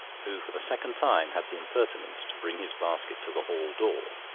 who for the second time had the impertinence to bring his basket to the hall door,